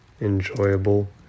enjoyable